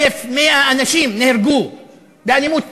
1,100 אנשים נהרגו באלימות פנימית.